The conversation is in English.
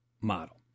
model